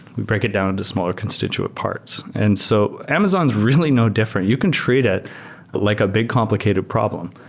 we break it down into smaller constituent parts. and so amazon's really no different. you can treat it like a big complicated problem.